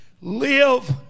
live